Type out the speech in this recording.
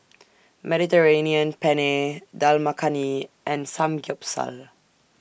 Mediterranean Penne Dal Makhani and Samgeyopsal